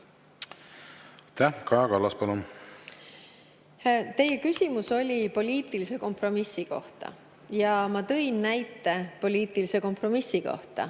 Teie küsimus oli poliitilise kompromissi kohta ja ma tõin näite poliitilise kompromissi kohta.